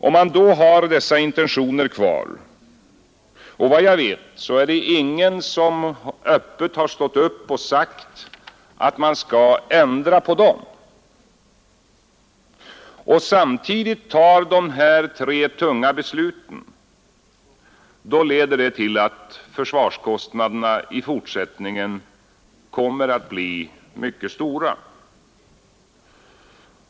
Om man då har dessa intentioner kvar — och såvitt jag vet är det ingen som öppet stått upp och sagt att man skall ändra på dem — och samtidigt tar de här tre tunga besluten, så leder det till att försvarskostnaderna i fortsättningen kommer att bli mycket stora.